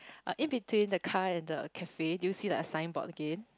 uh in between the car and the cafe do you see like a signboard again